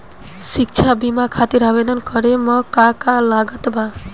शिक्षा बीमा खातिर आवेदन करे म का का लागत बा?